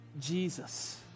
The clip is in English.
Jesus